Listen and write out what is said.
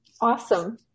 Awesome